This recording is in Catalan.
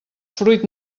fruit